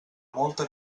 molta